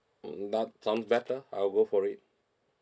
mm that sounds better I'll go for it